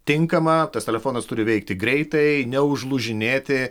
tinkama tas telefonas turi veikti greitai neužlūžinėti